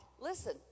listen